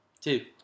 Two